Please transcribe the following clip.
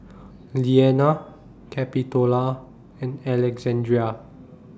Leanna Capitola and Alexandrea